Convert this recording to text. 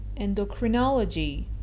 Endocrinology